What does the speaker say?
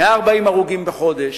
140 הרוגים בחודש,